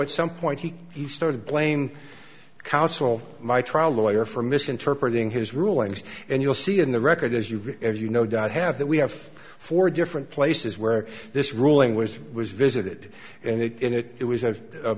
at some point he he started blaming council my trial lawyer for misinterpreting his rulings and you'll see in the record as you as you no doubt have that we have four different places where this ruling was was visited and it it it was